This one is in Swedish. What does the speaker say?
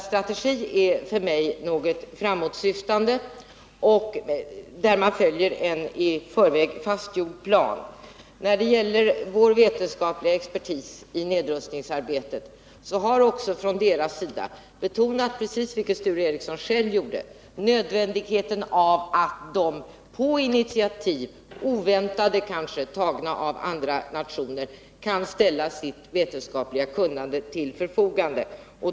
Strategi är för mig något framåtsyftande, där man följer en i förväg fastlagd plan. Våra experter i nedrustningsarbetet har betonat, vilket Sture Ericson själv gjorde, nödvändigheten av att de på initiativ som tagits av andra nationer — kanske oväntade — kan ställa sitt vetenskapliga kunnande till förfogande.